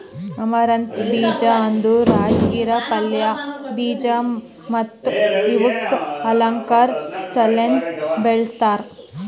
amaranth ಬೀಜ ಅಂದುರ್ ರಾಜಗಿರಾ ಪಲ್ಯ, ಬೀಜ ಮತ್ತ ಇವುಕ್ ಅಲಂಕಾರ್ ಸಲೆಂದ್ ಬೆಳಸ್ತಾರ್